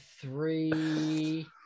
three